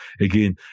again